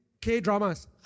K-dramas